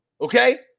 Okay